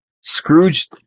Scrooge